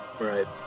Right